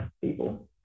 people